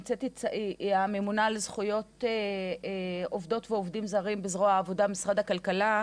היא הממונה על זכויות עובדות ועובדים זרים בזרוע העבודה של משרד הכלכלה,